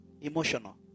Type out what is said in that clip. emotional